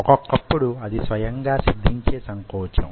ఒక్కొక్కప్పుడు అది స్వయంగా సిద్ధించే సంకోచం